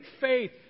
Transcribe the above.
faith